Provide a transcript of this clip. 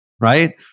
right